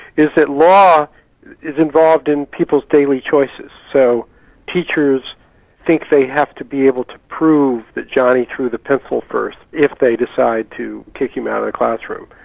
is that law is involved in people's daily choices. so teachers think they have to be able to prove that johnny threw the pencil first, if they decide to take him out of classroom.